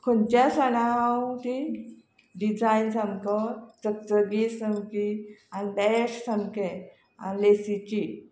खंच्याय सणां हांव ती डिझायन सामको चकचकीत सामकी आनी बॅस्ट सामकें लेसीची